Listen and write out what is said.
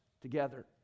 together